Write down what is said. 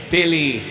Billy